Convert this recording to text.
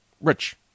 Rich